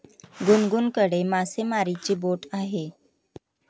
गुनगुनकडे मासेमारीची बोट आहे